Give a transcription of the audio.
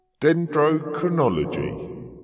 Dendrochronology